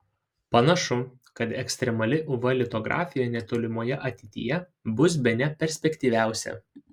panašu kad ekstremali uv litografija netolimoje ateityje bus bene perspektyviausia